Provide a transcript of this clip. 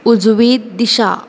उजवी दिशा